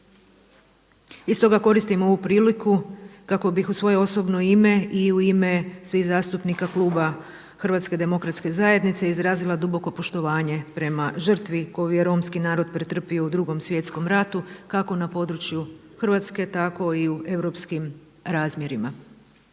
I stoga koristim ovu priliku kako bih u svoje osobno ime i u ime svih zastupnika kluba Hrvatske demokratske zajednice izrazila duboko poštovanje prema žrtvi koju je romski narod pretrpio u Drugom svjetskom ratu kako na području Hrvatske, tako i u europskim razmjerima.